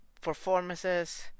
Performances